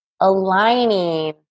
aligning